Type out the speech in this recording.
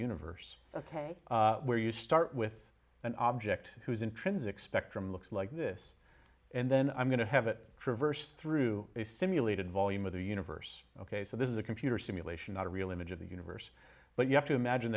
universe ok where you start with an object whose intrinsic spectrum looks like this and then i'm going to have it traversed through a simulated volume of the universe ok so this is a computer simulation not a real image of the universe but you have to imagine